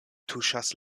tuŝas